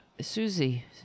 Susie